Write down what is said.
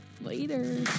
Later